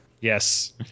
yes